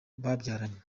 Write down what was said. babyaranye